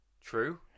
True